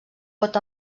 pot